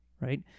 right